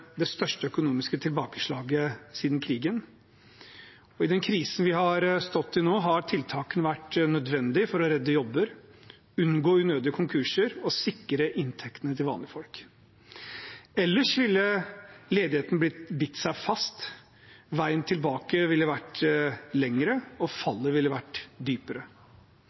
det største økonomiske tilbakeslaget siden krigen. I den krisen vi har stått i nå, har tiltakene vært nødvendige for å redde jobber, unngå unødige konkurser og sikre inntektene til vanlige folk. Ellers ville ledigheten bitt seg fast, veien tilbake ville vært lengre, og fallet ville vært dypere.